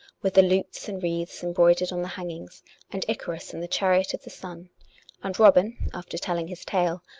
with the lutes and wreaths embroidered on the hangings and icarus in the chariot of the sun and robin, after telling his tale,